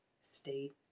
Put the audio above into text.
state